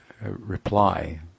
reply